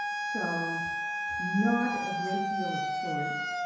so not a great deal of storage.